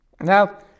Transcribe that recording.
Now